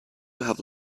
have